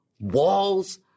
Walls